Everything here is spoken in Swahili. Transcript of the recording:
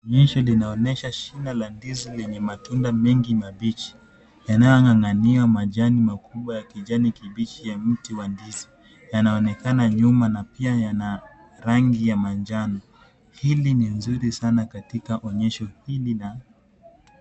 Onyesho linaonyesha shina la ndizi lenye matunda mengi mabichi yanayong'ang'ania majani makubwa ya kijani kibichi ya mti wa ndizi .Yanaonekana nyuma na pia yana rangi ya manjano, hili ni nzuri sana katika onyesho hili la.....